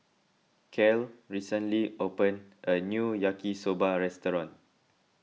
Cal recently opened a new Yaki Soba restaurant